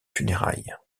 funérailles